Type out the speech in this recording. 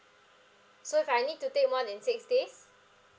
so if I need to take one in six days